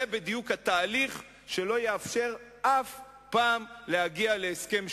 אז זה בדיוק התהליך שלא אפשר אף פעם להגיע להסכם שלום.